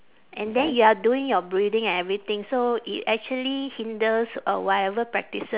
and then you are doing your breathing and everything so it actually hinders uh whatever practices